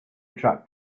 truck